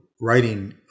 writing